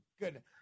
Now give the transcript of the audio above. goodness